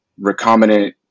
recombinant